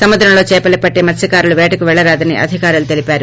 సముద్రంలో చేపలు పట్టే మత్పకారులు పేటకు పెళ్లరాదని అధికారులు తెలిపారు